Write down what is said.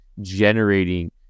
generating